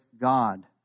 God